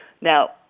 Now